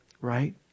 right